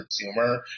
consumer